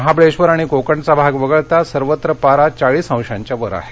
महाबळेश्वर आणि कोकणघा भाग वगळता सर्वत्र पारा चाळीस अंशांच्या वर आहे